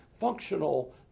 functional